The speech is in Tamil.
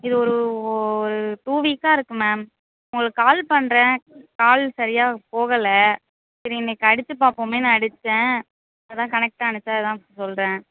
இது ஒரு ஒரு டூ வீக்காக இருக்கு மேம் உங்களுக்கு கால் பண்ணுறேன் கால் சரியாக போகலை சரி இன்னைக்கு அடிச்சு பார்ப்போமேன்னு அடிச்சேன் இப்போதான் கனெக்ட் ஆனுச்சு அதான் சொல்லுறேன்